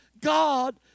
God